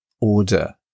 order